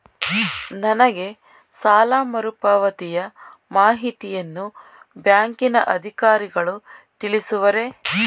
ನನಗೆ ಸಾಲ ಮರುಪಾವತಿಯ ಮಾಹಿತಿಯನ್ನು ಬ್ಯಾಂಕಿನ ಅಧಿಕಾರಿಗಳು ತಿಳಿಸುವರೇ?